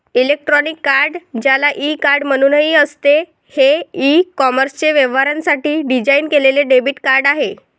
electronic card, ज्याला e card म्हणूनही असते, हे ई कॉमर्स व्यवहारांसाठी डिझाइन केलेले डेबिट कार्ड आहे